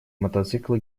мотоцикла